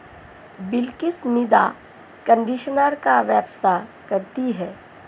बिलकिश मृदा कंडीशनर का व्यवसाय करती है